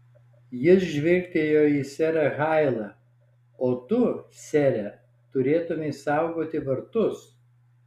jis žvilgtelėjo į serą hailą o tu sere turėtumei saugoti vartus